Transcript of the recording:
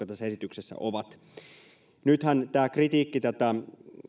tässä esityksessä on nythän tämä kritiikki